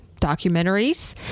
documentaries